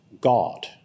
God